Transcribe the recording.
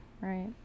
right